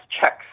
checks